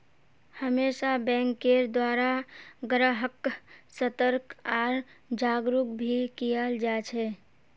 हमेशा बैंकेर द्वारा ग्राहक्क सतर्क आर जागरूक भी कियाल जा छे